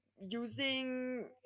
using